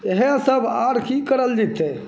इहए सब आर की करल जैतै